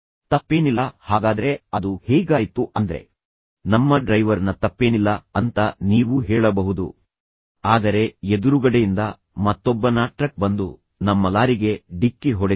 ತಪ್ಪೇನಿಲ್ಲ ಹಾಗಾದ್ರೆ ಅದು ಹೇಗಾಯ್ತು ಅಂದ್ರೆ ನಮ್ಮ ಡ್ರೈವರ್ ನ ತಪ್ಪೇನಿಲ್ಲ ಅಂತ ನೀವು ಹೇಳಬಹುದು ಆದರೆ ಎದುರುಗಡೆಯಿಂದ ಮತ್ತೊಬ್ಬ ಟ್ರಕ್ ಕುಡಿದು ಬಂದು ನಮ್ಮ ಲಾರಿಗೆ ಡಿಕ್ಕಿ ಹೊಡೆದಿದ್ದಾನೆ